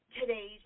today's